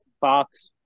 Fox